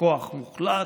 כוח מוחלט,